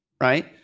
right